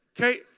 Okay